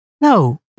No